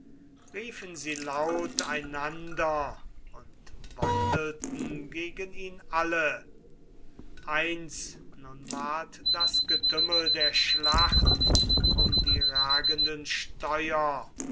riefen sie laut einander und wandelten gegen ihn alle eins nun ward das getümmel der schlacht um die ragenden steuer